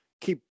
keep